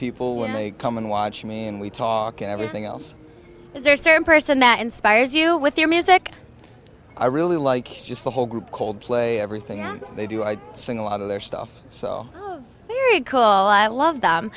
people when they come and watch me and we talk and everything else is there certain person that inspires you with their music i really like just the whole group coldplay everything they do i sing a lot of their stuff so cool i love them